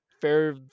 fair